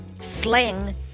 sling